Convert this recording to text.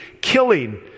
killing